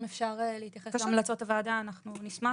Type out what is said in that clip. אם אפשר להתייחס להמלצות הוועדה אנחנו נשמח.